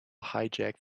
hijack